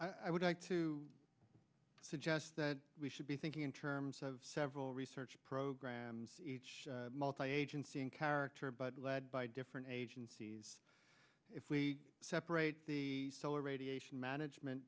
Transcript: cordero i would like to suggest that we should be thinking in terms of several research programs each multi agency in character but led by different agencies if we separate the solar radiation management